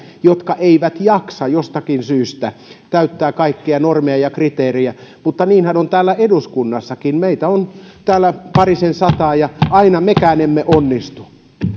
jotka eivät jostakin syystä jaksa täyttää kaikkia normeja ja kriteereitä mutta niinhän on täällä eduskunnassakin meitä on täällä parisen sataa ja aina mekään emme onnistu